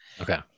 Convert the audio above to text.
okay